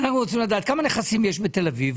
כמה נכסים יש בתל אביב?